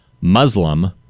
Muslim